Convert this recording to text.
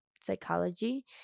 psychology